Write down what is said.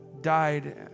died